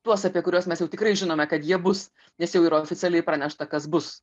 tuos apie kuriuos mes jau tikrai žinome kad jie bus nes jau yra oficialiai pranešta kas bus